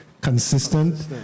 consistent